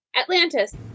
Atlantis